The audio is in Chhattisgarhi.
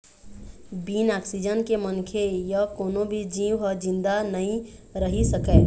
बिन ऑक्सीजन के मनखे य कोनो भी जींव ह जिंदा नइ रहि सकय